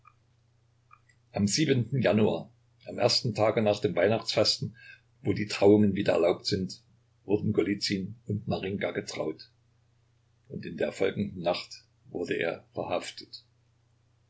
am siebenten januar am ersten tage nach den weihnachtsfasten wo die trauungen wieder erlaubt sind wurden golizyn und marinjka getraut und in der folgenden nacht wurde er verhaftet